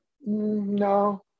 No